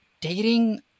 dating